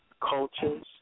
Cultures